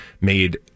made